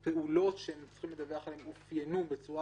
הפעולות שהם צריכים לדווח עליהן אופיינו בצורה